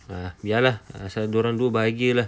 ah biar lah asal dia orang dua bahagia lah